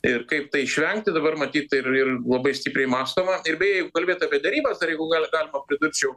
ir kaip tai išvengti dabar matyt ir ir labai stipriai mąstoma ir beje jeigu kalbėt apie derybas dar jeigu gal galima pridurčiau